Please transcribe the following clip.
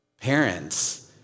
Parents